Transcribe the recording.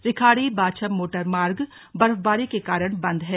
Rikhari Bachham motor मार्ग बर्फबारी के कारण बंद हैं